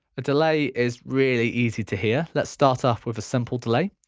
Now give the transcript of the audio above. a delay is really easy to hear. let's start off with a simple delay.